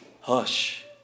hush